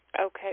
Okay